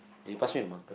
eh pass me the marker